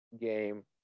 game